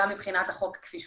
גם מבחינת איך שהחוק מנוסח,